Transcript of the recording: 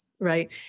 Right